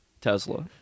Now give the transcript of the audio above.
Tesla